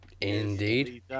Indeed